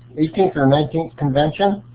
eighteenth or nineteenth convention.